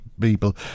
people